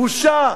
בושה.